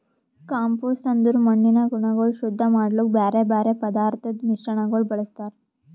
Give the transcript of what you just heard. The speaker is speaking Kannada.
ಕಾಂಪೋಸ್ಟ್ ಅಂದುರ್ ಮಣ್ಣಿನ ಗುಣಗೊಳ್ ಶುದ್ಧ ಮಾಡ್ಲುಕ್ ಬ್ಯಾರೆ ಬ್ಯಾರೆ ಪದಾರ್ಥದ್ ಮಿಶ್ರಣಗೊಳ್ ಬಳ್ಸತಾರ್